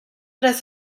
tres